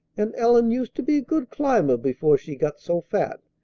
and ellen used to be a good climber before she got so fat.